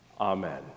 Amen